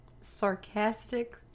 sarcastic